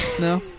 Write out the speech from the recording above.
No